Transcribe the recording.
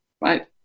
Right